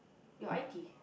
your I_T